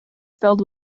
filled